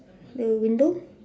the window